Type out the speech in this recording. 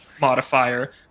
modifier